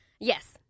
Yes